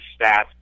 stats